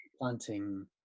planting